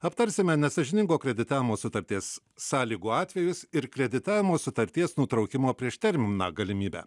aptarsime nesąžiningo kreditavimo sutarties sąlygų atvejus ir kreditavimo sutarties nutraukimo prieš terminą galimybę